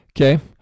Okay